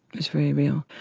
was very real.